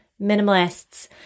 Minimalists